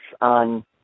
on